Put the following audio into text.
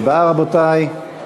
רבותי,